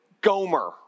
Gomer